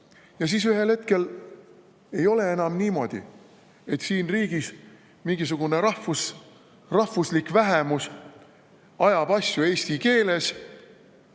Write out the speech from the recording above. Ja siis ühel hetkel ei ole enam niimoodi, et siin riigis mingisugune rahvuslik vähemus ajab asju eesti keeles,